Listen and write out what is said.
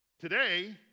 Today